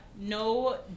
no